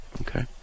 Okay